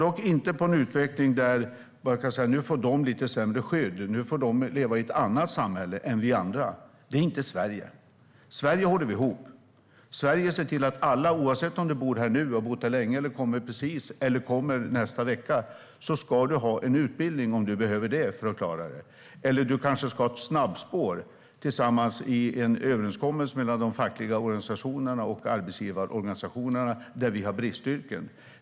Jag tror inte på en utveckling där vi säger att de ska få lite sämre skydd, att de får leva i ett annat samhälle än vi andra. Det är inte Sverige. I Sverige håller vi ihop. I Sverige ser vi till att alla, oavsett om man bott här länge, precis har kommit eller kommer nästa vecka, får en utbildning om man behöver det för att klara sig. Kanske ska man genom överenskommelse mellan de fackliga organisationerna och arbetsgivarorganisationerna också ha ett snabbspår in i bristyrkena.